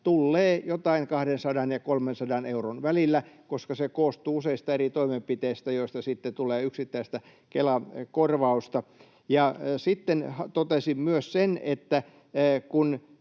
Tullee jotain 200:n ja 300 euron välillä, koska se koostuu useista eri toimenpiteistä, joista sitten tulee yksittäistä Kela-korvausta. Totesin myös sen, että kun